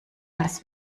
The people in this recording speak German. alles